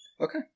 Okay